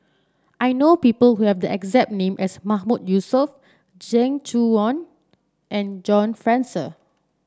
I know people who have the exact name as Mahmood Yusof Zeng Shouyin and John Fraser